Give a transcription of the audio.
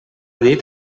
dit